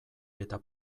eta